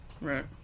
Right